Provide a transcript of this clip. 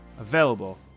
available